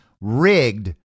rigged